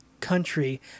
Country